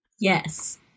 Yes